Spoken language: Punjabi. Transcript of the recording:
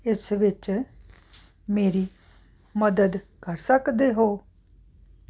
ਇਸ ਵਿੱਚ ਮੇਰੀ ਮਦਦ ਕਰ ਸਕਦੇ ਹੋ